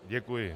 Děkuji.